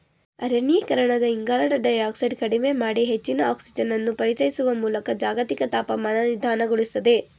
ಅರಣ್ಯೀಕರಣ ಇಂಗಾಲದ ಡೈಯಾಕ್ಸೈಡ್ ಕಡಿಮೆ ಮಾಡಿ ಹೆಚ್ಚಿನ ಆಕ್ಸಿಜನನ್ನು ಪರಿಚಯಿಸುವ ಮೂಲಕ ಜಾಗತಿಕ ತಾಪಮಾನ ನಿಧಾನಗೊಳಿಸ್ತದೆ